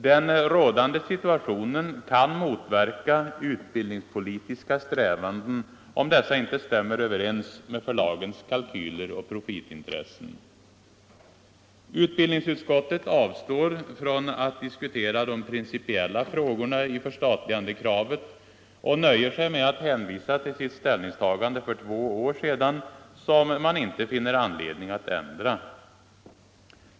Den rådande situationen kan motverka utbildningspolitiska strävanden om dessa inte stämmer överens med förlagens kalkyler och profitintressen. Utbildningsutskottet avstår från att diskutera de principiella frågorna i förstatligandekravet och nöjer sig med att hänvisa till sitt ställningstagande för två år sedan, som man inte finner anledning att ändra.